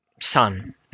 son